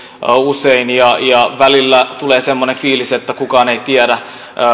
usein välillä tulee semmoinen fiilis että kukaan ei tiedä